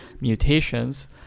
Mutations